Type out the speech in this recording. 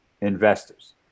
investors